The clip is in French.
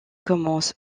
commence